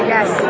Yes